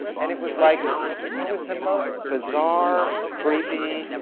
and it was like it was the most bizarre, creepy,